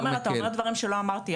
תומר אתה אומר דברים שאני לא אמרתי.